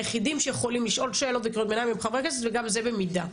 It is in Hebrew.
היחידים שיכולים לשאול וקריאות ביניים זה חברי הכנסת וגם זה במידה,